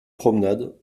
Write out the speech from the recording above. promenade